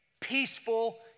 peaceful